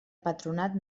patronat